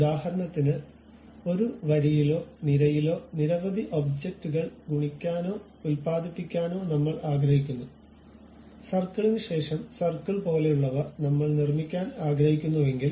ഉദാഹരണത്തിന് ഒരു വരിയിലോ നിരയിലോ നിരവധി ഒബ്ജക്റ്റുകൾ ഗുണിക്കാനോ ഉത്പാദിപ്പിക്കാനോ നമ്മൾ ആഗ്രഹിക്കുന്നു സർക്കിളിന് ശേഷം സർക്കിൾ പോലെയുള്ളവ നമ്മൾ നിർമ്മിക്കാൻ ആഗ്രഹിക്കുന്നുവെങ്കിൽ